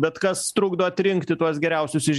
bet kas trukdo atrinkti tuos geriausius iš